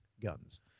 guns